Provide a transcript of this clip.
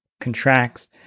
contracts